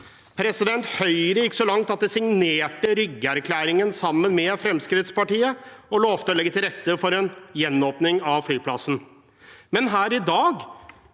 flyplassen. Høyre gikk så langt at de signerte Ryggeerklæringen sammen med Fremskrittspartiet og lovte å legge til rette for en gjenåpning av flyplassen. Men her i dag,